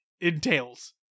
entails